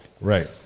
Right